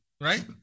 right